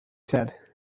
said